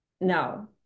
No